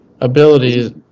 abilities